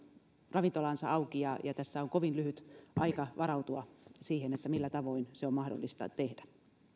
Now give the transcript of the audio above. ravintolansa auki ja ja tässä on kovin lyhyt aika varautua siihen millä tavoin se on mahdollista tehdä